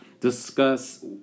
discuss